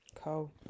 cool